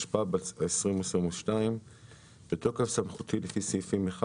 התשפ"ב-2022 בתוקף סמכותי לפי סעיפים 1